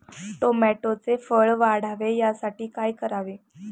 टोमॅटोचे फळ वाढावे यासाठी काय करावे?